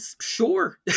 Sure